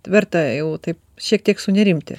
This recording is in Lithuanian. verta jau taip šiek tiek sunerimti